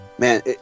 man